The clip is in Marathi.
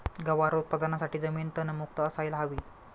गवार उत्पादनासाठी जमीन तणमुक्त असायला हवी